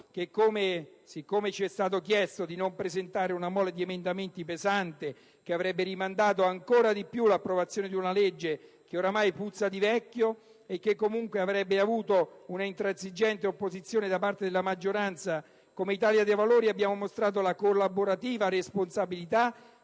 che, siccome ci è stato chiesto di non presentare una mole pesante di emendamenti, che avrebbe rimandato ancor più l'approvazione di una legge che oramai puzza di vecchio e che comunque avrebbe incontrato un'intransigente opposizione da parte della maggioranza, come Italia dei Valori abbiamo dimostrato la collaborativa responsabilità